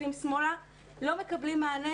מסתכלים שמאלה ולא מקבלים מענה,